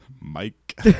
Mike